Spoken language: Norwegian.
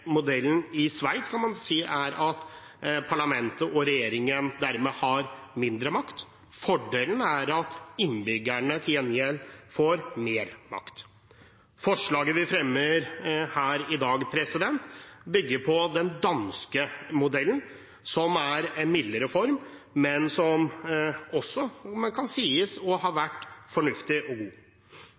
modellen i Sveits kan man si er at parlamentet og regjeringen dermed har mindre makt. Fordelen er at innbyggerne til gjengjeld får mer makt. Forslaget vi fremmer her i dag, bygger på den danske modellen, som er en mildere form, men som også kan sies å ha vært fornuftig og god.